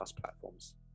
platforms